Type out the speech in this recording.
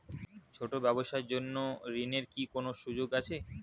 ছোট ব্যবসার জন্য ঋণ এর কি কোন সুযোগ আছে?